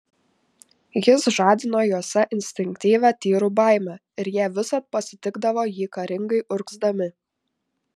jis žadino juose instinktyvią tyrų baimę ir jie visad pasitikdavo jį karingai urgzdami